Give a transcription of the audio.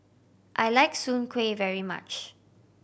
I like Soon Kuih very much